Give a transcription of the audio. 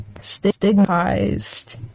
stigmatized